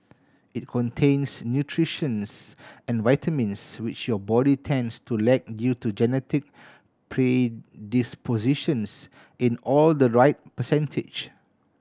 it contains nutrients and vitamins which your body tends to lack due to genetic predispositions in all the right percentage